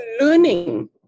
learning